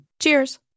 Cheers